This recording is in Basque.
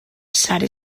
sare